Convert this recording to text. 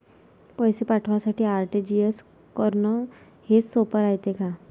पैसे पाठवासाठी आर.टी.जी.एस करन हेच सोप रायते का?